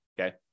Okay